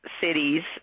cities